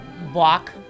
block